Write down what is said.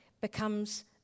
becomes